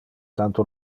tanto